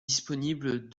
disponibles